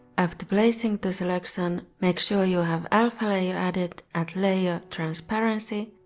after placing the selection, make sure you have alpha layer added at layer transparency,